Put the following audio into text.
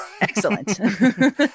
Excellent